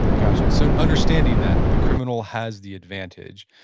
got you. so, understanding that, that the criminal has the advantage,